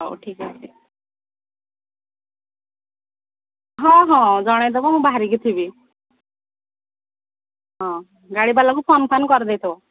ହଉ ଠିକଅଛି ହଁ ହଁ ଜଣେଇଦେବ ମୁଁ ବାହରିକି ଥିବି ହଁ ଗାଡ଼ିବାଲାକୁ ଫୋନ୍ଫାନ୍ କରିଦେଇଥିବ